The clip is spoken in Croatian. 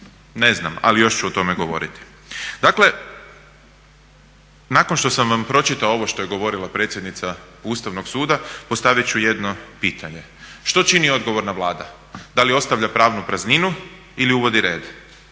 Ne znam ali još ću o tome govoriti. Dakle nakon što sam vam pročitao ovo što je govorila predsjednica Ustavnog suda postaviti ću jedno pitanje. Što čini odgovorna Vlada? Da li ostavlja pravnu prazninu ili uvodi red?